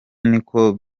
niko